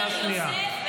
קריאה שנייה.